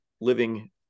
living